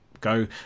go